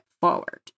forward